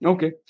Okay